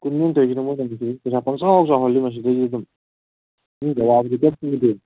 ꯁ꯭ꯀꯨꯜꯁꯤꯅ ꯇꯧꯔꯤꯁꯤꯅ ꯃꯣꯏꯅ ꯄꯩꯁꯥ ꯄꯪꯆꯥꯎ ꯆꯥꯎꯍꯜꯂꯤ ꯃꯁꯤꯗꯩꯁꯤꯗ ꯑꯗꯨꯝ ꯃꯤꯒꯤ ꯑꯋꯥꯕꯗꯤ ꯀꯩꯝ ꯎꯗꯦ